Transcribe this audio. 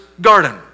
garden